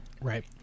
Right